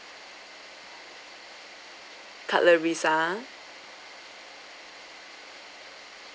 cutleries ah